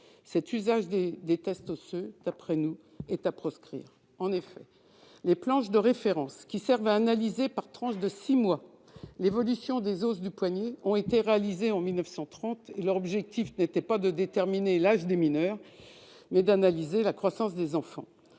cet usage des tests osseux est à proscrire. En effet, les planches de référence qui servent à analyser par tranche de six mois l'évolution des os du poignet ont été réalisées en 1930. À l'époque, leur objectif n'était pas de déterminer l'âge des mineurs, mais d'analyser la croissance des enfants.